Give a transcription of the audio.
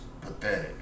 pathetic